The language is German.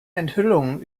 enthüllungen